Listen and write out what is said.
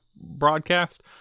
broadcast